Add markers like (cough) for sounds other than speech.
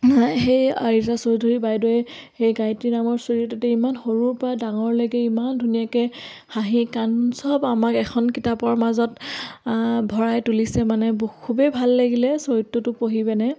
সেই ৰীতা চৌধুৰী বাইদেউৱে সেই গায়ত্ৰী নামৰ চৰিত্ৰটি ইমান সৰুৰপৰা ডাঙৰলৈকে ইমান ধুনীয়াকৈ হাঁহি কান্দোন চব আমাক এখন কিতাপৰ মাজত ভৰাই তুলিছে মানে (unintelligible) খুবেই ভাল লাগিলে চৰিত্ৰটো পঢ়ি পেনে